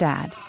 Dad